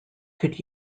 could